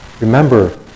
remember